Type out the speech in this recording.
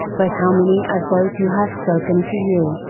but how many of those who have spoken to you,